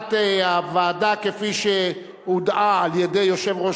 שהצעת הוועדה כפי שהוּדעה על-ידי יושב-ראש